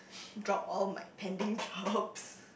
drop all my pending jobs